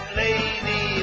lady